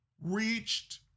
reached